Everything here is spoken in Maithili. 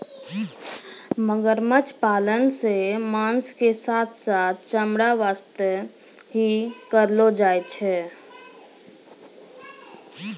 मगरमच्छ पालन सॅ मांस के साथॅ साथॅ चमड़ा वास्तॅ ही करलो जाय छै